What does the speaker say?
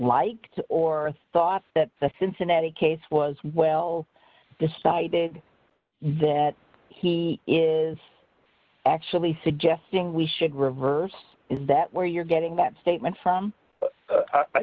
like or thought that the cincinnati case was well decided that he is actually suggesting we should reverse is that where you're getting that statement from